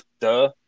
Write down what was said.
Duh